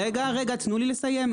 רגע, רגע, תנו לי לסיים.